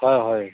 ହ ହଏ